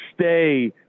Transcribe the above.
stay